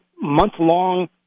month-long